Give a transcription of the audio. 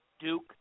Duke